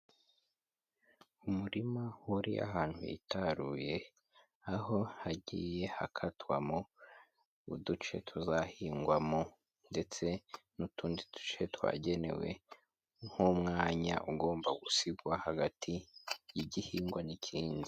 Umurima uri ahantu hitaruye, aho hagiye hakatwamo uduce tuzahingwamo ndetse n'utundi duce twagenewe nk'umwanya ugomba gusigwa hagati y'igihingwa n'ikinindi.